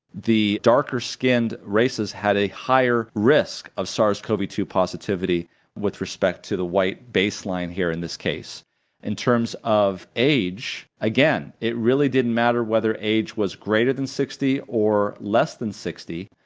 the darker skinned races had a higher risk of sars cov two positivity with respect to the white baseline. here in this case in terms of age, again it really didn't matter whether age was greater than sixty or less than sixty,